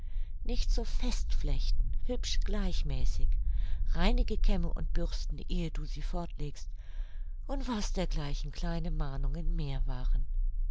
nicht so fest flechten hübsch gleichmäßig reinige kämme und bürsten ehe du sie fortlegst und was dergleichen kleine mahnungen mehr waren